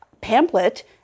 pamphlet